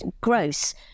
gross